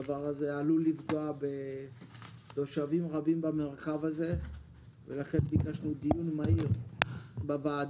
הדבר עלול לפגוע בתושבים רבים במרחב הזה ולכן ביקשנו דיון מהיר בוועדה.